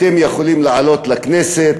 אתם יכולים לעלות לכנסת,